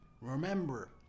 Remember